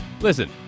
Listen